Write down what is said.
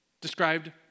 described